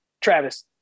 Travis